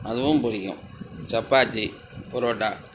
அதுவும் பிடிக்கும் சப்பாத்தி பரோட்டா